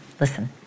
Listen